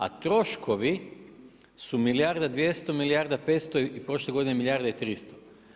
A troškovi su milijarda, 200 milijarda, 500 i prošle godine milijarda i 300.